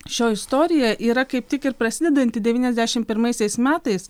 šioj istorijoje yra kaip tik ir prasidedantį devyniasdešimt pirmaisiais metais